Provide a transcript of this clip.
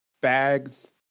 bags